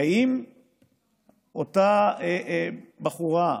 הרי אם אותה בחורה,